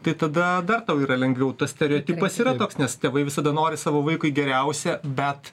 tai tada dar tau yra lengviau tas stereotipas yra toks nes tėvai visada nori savo vaikui geriausia bet